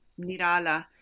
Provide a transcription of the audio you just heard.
Nirala